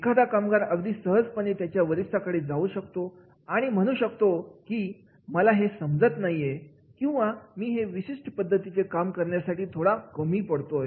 एखादा कामगार अगदी सहजपणे त्याच्या वरिष्ठाकडे जाऊ शकतो आणि म्हणू शकतो की ' मला हे समजत नाहीये किंवा मी हे विशिष्ट पद्धतीचे काम करण्यामध्ये थोडा कमी पडतोय